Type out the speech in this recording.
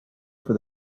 for